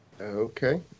Okay